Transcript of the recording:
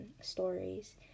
stories